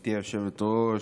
גברתי היושבת-ראש.